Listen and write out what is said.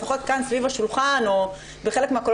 לפחות כאן סביב השולחן או בחלק מהקולות